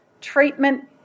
treatment